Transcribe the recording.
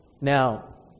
now